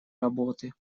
работы